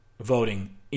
Voting